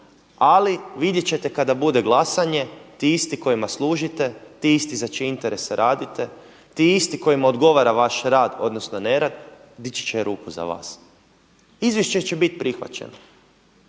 ali vidjet ćete kada bude glasanje ti isti kojima služite, ti isti za čiji interes radite, ti isti kojima odgovara vaš rad odnosno nerad dići će ruku za vas. Izvješće će biti prihvaćeno.